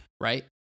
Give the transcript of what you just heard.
right